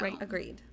agreed